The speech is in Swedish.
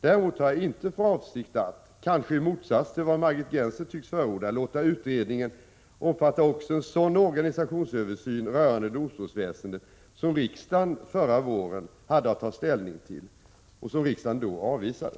Däremot har jag inte för avsikt att— kanske i motsats till vad Margit Gennser tycks förorda — låta utredningen omfatta också en sådan organisationsöversyn rörande domstolsväsendet som riksdagen förra våren hade att ta ställning till och som riksdagen då avvisade.